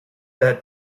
that